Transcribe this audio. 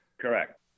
Correct